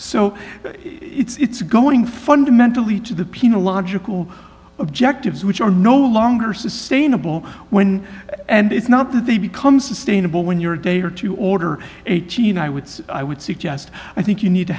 so it's going fundamentally to the penal logical objectives which are no longer sustainable when and it's not that they become sustainable when you're a day or two order eighteen i would i would suggest i think you need to